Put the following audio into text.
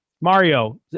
Mario